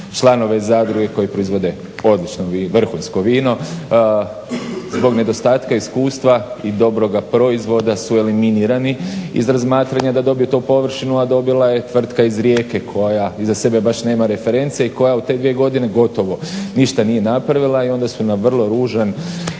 članove zadruge koje proizvode odlično vrhunsko vino zbog nedostatka iskustva i dobroga proizvoda su eliminirani iz razmatranja da dobiju tu površinu a dobila je tvrtka iz Rijeke koja iza sebe baš nema reference i koja u te dvije godine gotovo ništa nije napravila i onda su na vrlo ružan